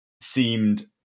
seemed